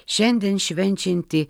šiandien švenčiantį